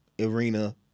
arena